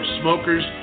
smokers